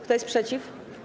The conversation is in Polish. Kto jest przeciw?